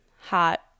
hot